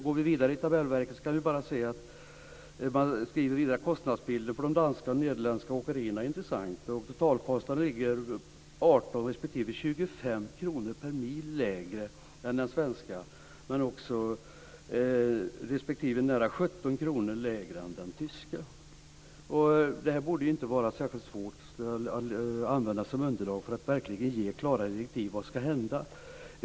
Går vi vidare i tabellverket kan vi se att man skriver att kostnadsbilden för de danska och nederländska åkerierna är intressant. Totalkostnaden ligger 18 respektive 25 kr per mil lägre än den svenska, men också respektive nära 17 kr lägre än den tyska. Det här borde inte vara särskilt svårt att använda som underlag för att verkligen ge klara direktiv för vad som skall hända.